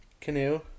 canoe